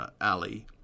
alley